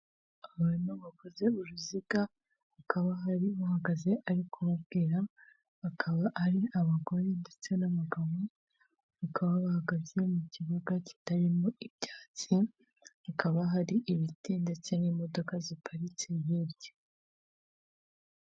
Abantu bakoze uruziga hakaba harin uhagaze ari kubabwira bakaba ari abagore ndetse n'abagabo, bakaba bahagaze mu kibuga kitarimo ibyatsi, hakaba hari ibiti ndetse n'imodoka ziparitse hirya.